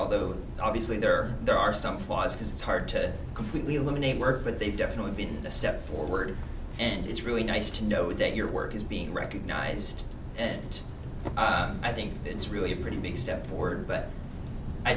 although obviously there there are some flaws because it's hard to completely eliminate work but they've definitely been a step forward and it's really nice to know that your work is being recognized and i think it's really a pretty big step forward but i